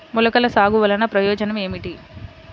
మొలకల సాగు వలన ప్రయోజనం ఏమిటీ?